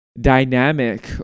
dynamic